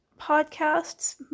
podcasts